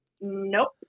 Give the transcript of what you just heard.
Nope